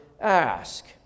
ask